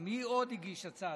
תן לו, הוא יגיד עכשיו.